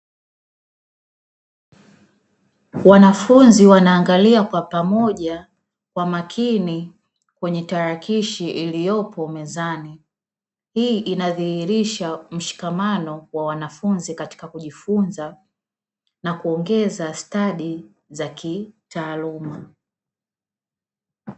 Wanafunzi wanaangalia kwa pamoja kwa makini kwenye tarakishi iliyopo mezani, hii inadhihirisha mshikamano wa wanafunzi katika kujifunza na kuongeza stadi za kitaaluma.